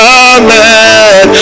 amen